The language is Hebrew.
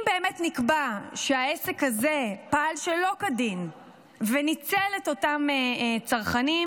אם באמת נקבע שהעסק הזה פעל שלא כדין וניצל את אותם צרכנים,